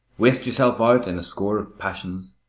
waste yourself out in a score of passions,